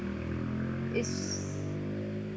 is